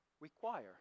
require